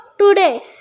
today